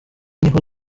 niho